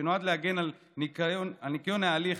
שנועדה להגן על ניקיון ההליך,